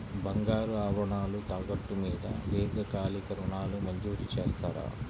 బంగారు ఆభరణాలు తాకట్టు మీద దీర్ఘకాలిక ఋణాలు మంజూరు చేస్తారా?